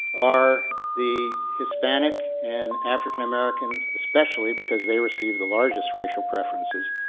are the hispanic and african american especially, because they receive the largest racial preferences